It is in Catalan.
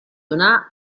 donar